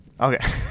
Okay